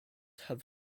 have